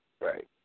right